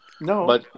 No